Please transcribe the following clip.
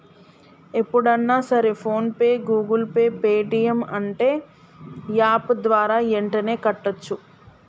ఎప్పుడన్నా సరే PhonePe Google Pay Paytm అంటే యాప్ ద్వారా యెంటనే కట్టోచ్చు